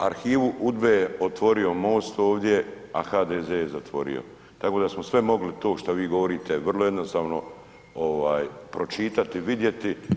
Arhivu UDBA-e je otvorio MOST ovdje, a HDZ je zatvorio, tako da smo sve mogli to što vi govorite vrlo jednostavno pročitati i vidjeti.